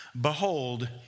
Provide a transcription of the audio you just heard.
Behold